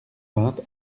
vingt